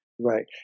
right